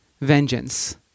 vengeance